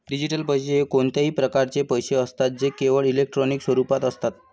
digital पैसे हे कोणत्याही प्रकारचे पैसे असतात जे केवळ इलेक्ट्रॉनिक स्वरूपात असतात